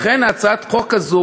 לכן הצעת החוק הזאת,